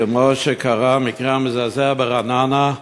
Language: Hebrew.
כמו שקרה המקרה המזעזע ברעננה,